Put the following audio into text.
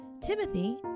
Timothy